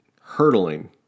hurtling